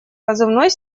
позывной